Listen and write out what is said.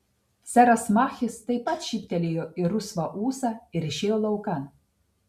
seras machis taip pat šyptelėjo į rusvą ūsą ir išėjo laukan